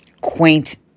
quaint